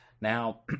Now